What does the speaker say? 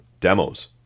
demos